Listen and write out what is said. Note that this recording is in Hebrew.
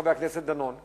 חבר הכנסת דנון.